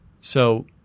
So-